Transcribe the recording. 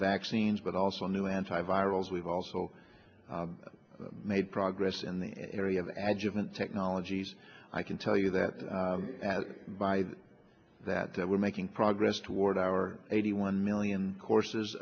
vaccines but also new anti virals we've also made progress in the area of agilent technologies i can tell you that by that that we're making progress toward our eighty one million courses